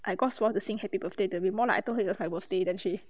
I got sua to sing happy birthday to me more like I told her it was my birthday then she